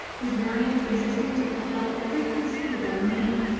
with variants existing to fulfill every conceivable need.